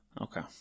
Okay